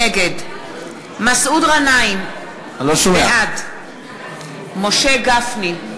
נגד מסעוד גנאים, בעד משה גפני,